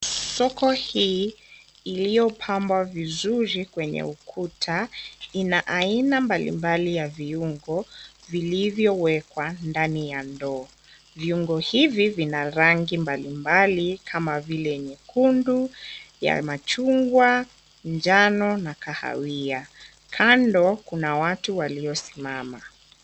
Soko hii iliyopambwa vizuri kwenye ukuta ina aina mbalimbali ya viungo vilivyowekwa ndani ya ndoo. Viungo hivi vina rangi mbalimbali kam vile nyekundu, ya machungwa, njano na kahawia. Kando kuna watu waliosimama.